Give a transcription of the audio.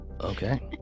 Okay